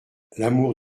l’amour